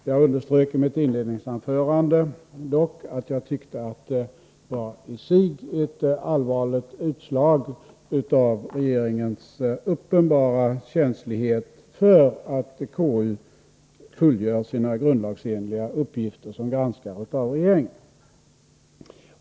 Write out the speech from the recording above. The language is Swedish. Jag underströk i mitt inledningsanförande dock att jag tyckte att det var i sig ett allvarligt utslag av regeringens uppenbara känslighet för att konstitutionsutskottet fullgör sina grundlagsenliga uppgifter som granskare av regeringen.